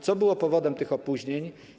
Co było powodem tych opóźnień?